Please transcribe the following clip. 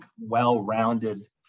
well-rounded